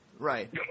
Right